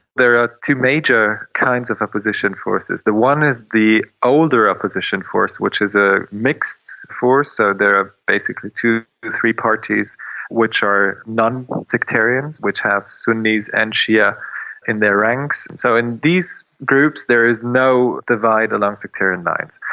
there are two major kinds of opposition forces. the one is the older opposition force, which is a mixed force, so there are basically two or three parties which are non-sectarian, which have sunnis and shia in their ranks. so in these groups there is no divide along sectarian lines.